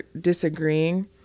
disagreeing